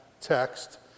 text